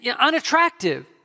unattractive